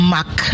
Mac